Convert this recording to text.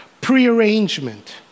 prearrangement